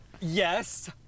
Yes